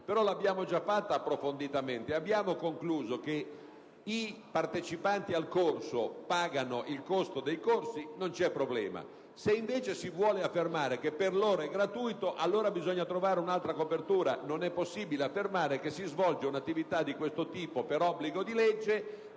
però l'abbiamo già svolta approfonditamente ed abbiamo concluso che se i partecipanti al corso pagano il costo dei corsi non c'è problema; se invece si vuole affermare che per loro è gratuito, allora bisogna trovare un'altra copertura. Non è possibile affermare che si svolge un'attività di questo tipo per obbligo di legge